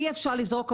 אי אפשר לזרוק הכול,